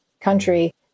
country